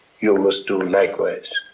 you must do likewise.